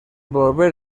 volver